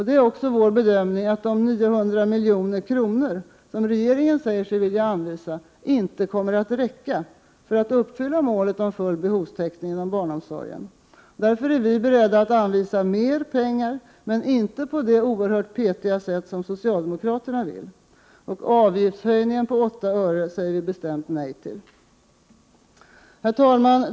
Det är också folkpartiets bedömning att de 900 milj.kr. som regeringen säger sig vilja anvisa inte kommer att räcka för att uppfylla målet om full behovstäckning inom barnomsorgen. Vi i folkpartiet är därför beredda att anvisa mer pengar till barnomsorgen men inte på det oerhört petiga sätt som socialdemokraterna vill, och avgiftshöjningen på 8 öre säger vi bestämt nej till. Herr talman!